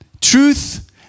Truth